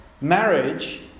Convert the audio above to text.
Marriage